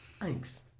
Thanks